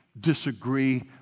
disagree